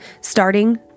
starting